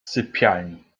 sypialni